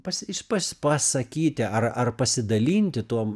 pas iš pas pasakyti ar ar pasidalinti tuom